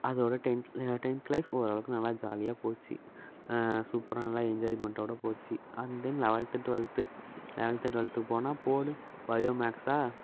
அதோடு டென்த் ல tenth life ஓரளவுக்கு நல்லா ஜாலியாக போச்சு சூப்பராக நல்லா என்ஜாய்மெண்ட்டோடு போச்சு and then eleventh twelfth eleventh ட்வெல்த்துக்கு போனால் போடு பயோ மேக்ஸா